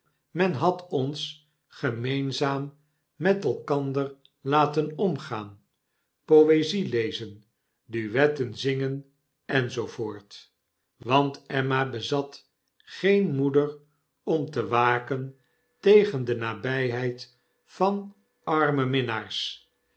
men had ons gemeenzaam met elkander laten omgaan poezie lezen duetten zingen en zoo voort want emma bezat geen moeder om te waken tegen de nabpeid van arme minnaars